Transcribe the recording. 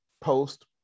post